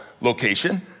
location